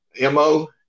mo